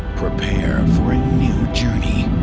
prepare for a new journey.